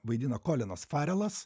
vaidina kolinas farelas